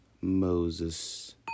Moses